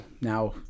Now